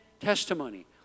testimony